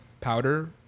powder